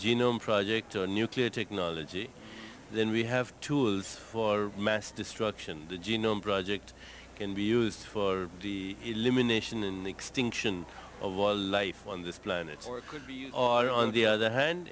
genome project or nuclear technology then we have tools for mass destruction the genome project can be used for the elimination and extinction of all life on this planet or it could be on the other hand